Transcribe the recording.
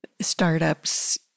Startups